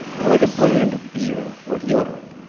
unlike a brand of beer or deodorant,